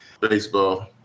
Baseball